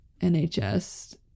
NHS